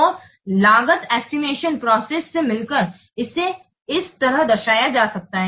तो लागत estimation process से मिलकर इसे इस तरह दर्शाया जा सकता है